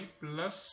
plus